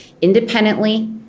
independently